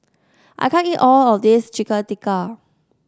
I can't eat all of this Chicken Tikka